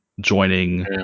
joining